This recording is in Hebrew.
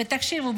ותקשיבו,